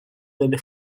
delle